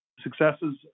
successes